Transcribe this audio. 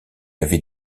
avaient